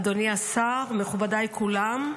אדוני השר, מכובדיי כולם,